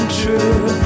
true